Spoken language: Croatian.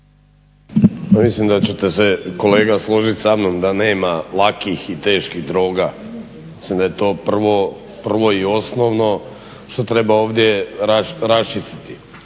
mislim da ćete se kolega složiti samnom da nema lakih i teških droga, mislim da je to prvo i osnovno što treba ovdje raščistiti,